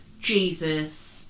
Jesus